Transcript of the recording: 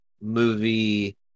movie